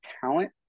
talent